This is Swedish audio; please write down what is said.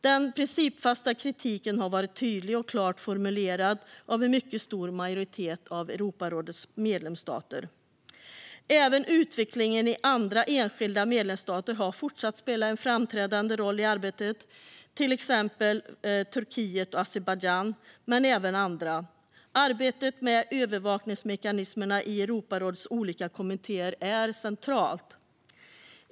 Den principfasta kritiken har varit tydligt och klart formulerad av en mycket stor majoritet av Europarådets medlemsstater. Även utvecklingen i andra enskilda medlemsstater har fortsatt spela en framträdande roll i arbetet; det gäller till exempel Turkiet och Azerbajdzjan, men även andra. Arbetet med övervakningsmekanismerna i Europarådets olika kommittéer är centralt.